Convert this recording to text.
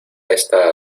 esta